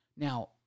Now